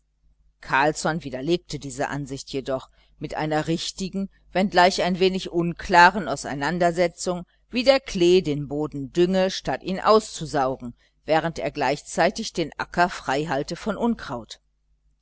carlsson widerlegte diese ansicht jedoch mit einer richtigen wenngleich ein wenig unklaren auseinandersetzung wie der klee den boden dünge statt ihn auszusaugen während er gleichzeitig den acker frei von unkraut